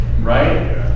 right